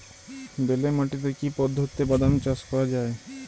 বেলে মাটিতে কি পদ্ধতিতে বাদাম চাষ করা যায়?